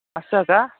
असं का